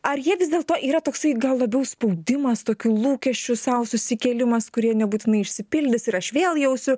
ar jie vis dėlto yra toksai gal labiau spaudimas tokių lūkesčių sau susikėlimas kurie nebūtinai išsipildys ir aš vėl jausiu